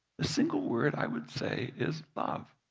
the single word i would say is, love.